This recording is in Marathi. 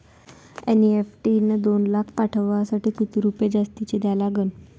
एन.ई.एफ.टी न दोन लाख पाठवासाठी किती रुपये जास्तचे द्या लागन?